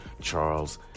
Charles